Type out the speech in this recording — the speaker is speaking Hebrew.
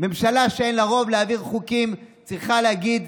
ממשלה שאין לה רוב להעביר חוקים צריכה להגיד: